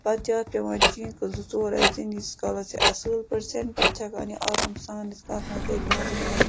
پَتہٕ چھِ اَتھ پٮ۪وان چیٖکہٕ زٕ ژور اَسہِ دِنۍ ییٖتِس کالَس یہِ اَصۭل پٲٹھۍ سیٚنہِ پَتہٕ چھِ ہٮ۪کان یہِ آرام سان یِتھ کٔنۍ اَتھ منٛز لیٚجہِ منٛز رٔنِتھ